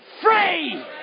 free